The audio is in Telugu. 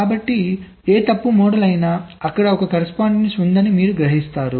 కాబట్టి ఏ తప్పు మోడల్ అయినా అక్కడ ఒక కరస్పాండెన్స్ ఉందని మీరు గ్రహిస్తారు